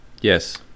Yes